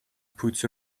puts